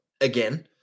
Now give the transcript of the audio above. again